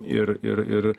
ir ir ir